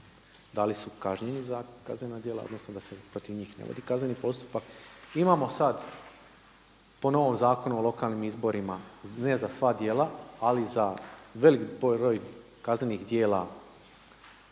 da li su kažnjeni za kaznena djela odnosno da se protiv njih ne vodi kazneni postupak. Imamo sada po novom Zakonu o lokalnim izborima ne za sva djela, ali za velik broj kaznenih djela